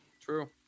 true